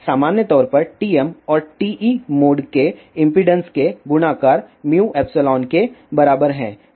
सामान्य तौर पर TM और TE मोड के इम्पीडेन्स के गुणाकर με के बराबर है